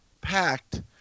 packed